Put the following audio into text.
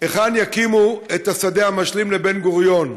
היכן יקימו את השדה המשלים לבן-גוריון,